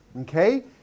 okay